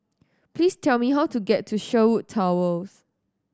please tell me how to get to Sherwood Towers